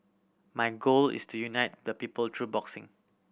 my goal is to unite the people through boxing